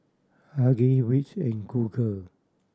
Huggies Vicks and Google